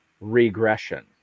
regression